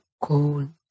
cold